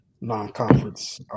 non-conference